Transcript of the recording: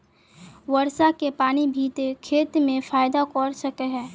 वर्षा के पानी भी ते खेत में फायदा कर सके है?